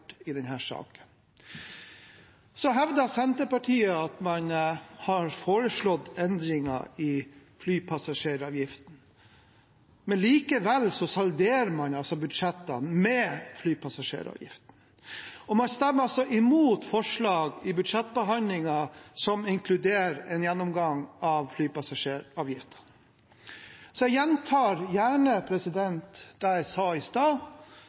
ikke anerkjenner den jobben som regjeringspartiene sammen med Kristelig Folkeparti allerede har gjort i denne saken. Så hevder Senterpartiet at man har foreslått endringer i flypassasjeravgiften. Likevel salderer man budsjettene med flypassasjeravgiften, og man stemmer imot forslag i budsjettbehandlingen som inkluderer en gjennomgang av flypassasjeravgiften. Så jeg gjentar gjerne det jeg sa i stad: